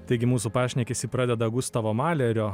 taigi mūsų pašnekesį pradeda gustavo malerio